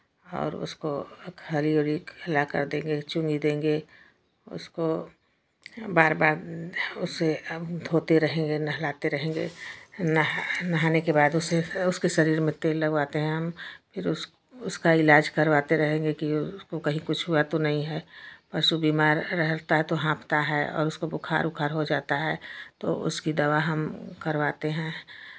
और उसको खरी ओरी खिलाकर देंगे चुन्नी देंगे उसको बार बार उसे हम धोते रहेंगे नहलाते रहेंगे नहा नहाने के बाद उसे उसके शरीर में तेल लगवाते हैं हम फिर उस उसका इलाज़ करवाते रहेंगे कि उसको कहीं कुछ हुआ तो नहीं है पशु बीमार रहता है तो हाँफता है और उसको बुखार उखार हो जाता है तो उसकी दवा हम करवाते हैं